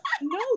No